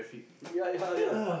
ya ya ya